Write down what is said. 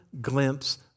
glimpse